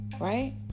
right